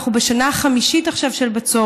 אנחנו כבר בשנה החמישית של בצורת,